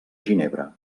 ginebra